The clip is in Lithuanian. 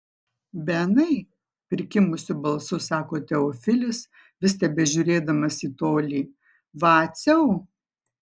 benai prikimusiu balsu sako teofilis vis tebežiūrėdamas į tolį vaciau